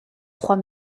trois